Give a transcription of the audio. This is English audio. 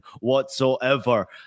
whatsoever